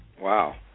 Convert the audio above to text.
Wow